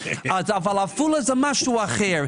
אבל עפולה היא משהו אחר.